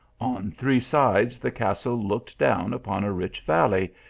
on three sides the castle looked down upon a rich valley,